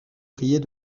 riais